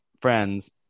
friends